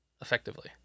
effectively